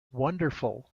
wonderful